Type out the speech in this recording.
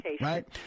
Right